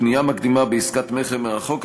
פנייה מקדימה בעסקת מכר מרחוק),